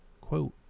Quote